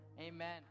Amen